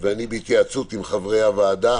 ואני בהתייעצות עם חברי הוועדה